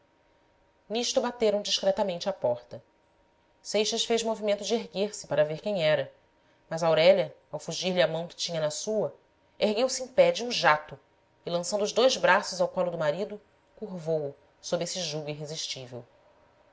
nisto bateram discretamente à porta seixas fez movimento de erguer-se para ver quem era mas aurélia ao fugir-lhe a mão que tinha na sua ergueu-se em pé de um jacto e lançando os dois braços ao colo do marido curvou o sob esse jugo irresistível